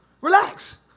Relax